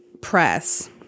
press